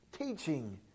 teaching